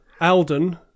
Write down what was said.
Alden